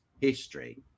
history